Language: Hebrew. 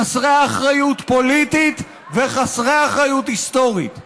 חסרי אחריות פוליטית וחסרי אחריות היסטורית.